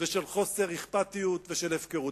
ושל חוסר אכפתיות ושל הפקרות,